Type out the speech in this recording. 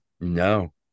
No